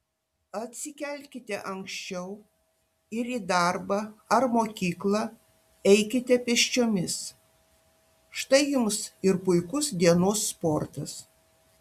atsikelkite anksčiau ir į darbą ar mokyklą eikite pėsčiomis štai jums ir puikus dienos sportas